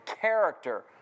character